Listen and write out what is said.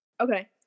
okay